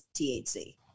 THC